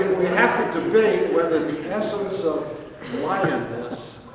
we have to debate whether the essence of lionness,